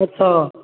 अच्छा